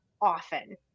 often